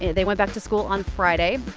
they went back to school on friday.